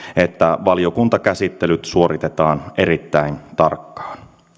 että valiokuntakäsittelyt suoritetaan erittäin tarkkaan